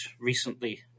recently